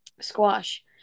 squash